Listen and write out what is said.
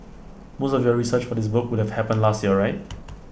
most of your research for this book would have happened last year right